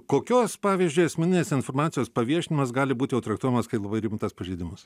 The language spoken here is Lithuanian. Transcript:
kokios pavyzdžiui asmeninės informacijos paviešinimas gali būti jau traktuojamas kaip labai rimtas pažeidimas